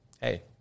hey